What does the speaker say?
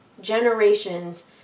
generations